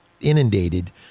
inundated